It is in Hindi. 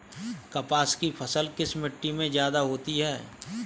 कपास की फसल किस मिट्टी में ज्यादा होता है?